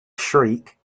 shriek